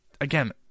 Again